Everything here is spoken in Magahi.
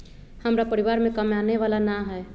हमरा परिवार में कमाने वाला ना है?